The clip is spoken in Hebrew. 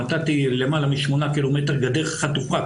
מצאתי למעלה מ-8 ק"מ גדר חתוכה.